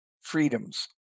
freedoms